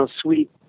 sweet